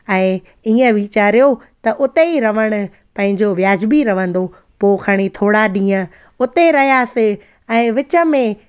ऐं ईअं वीचारियो त उते ई रहणु पंहिंजो वियाज़बी रहंदो पोइ खणी थोरा ॾींहं उते रहियासीं ऐं विच में